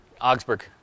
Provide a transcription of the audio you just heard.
Augsburg